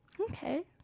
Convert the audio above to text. Okay